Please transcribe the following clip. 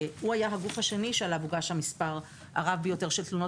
הוא היה הגוף השני שעליו המספר הרב ביותר של תלונות